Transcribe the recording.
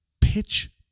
pitch